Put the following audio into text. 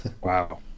Wow